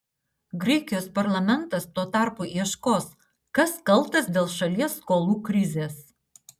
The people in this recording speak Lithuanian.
graikijos parlamentas tuo tarpu ieškos kas kaltas dėl šalies skolų krizės